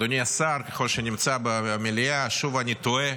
אדוני השר, ככל שנמצא במליאה, שוב אני תוהה,